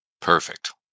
perfect